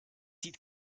sieht